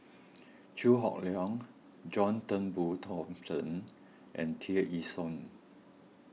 Chew Hock Leong John Turnbull Thomson and Tear Ee Soon